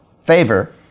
favor